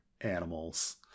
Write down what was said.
animals